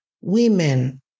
women